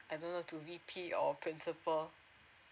I don't know to V_P or principal